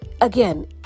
Again